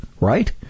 right